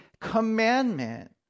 commandment